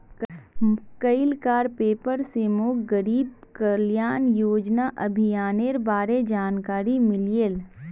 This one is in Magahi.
कइल कार पेपर स मोक गरीब कल्याण योजना अभियानेर बारे जानकारी मिलले